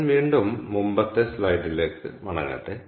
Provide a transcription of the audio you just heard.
ഞാൻ വീണ്ടും മുമ്പത്തെ സ്ലൈഡിലേക്ക് മടങ്ങട്ടെ